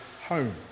home